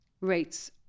rates